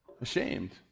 Ashamed